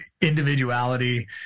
individuality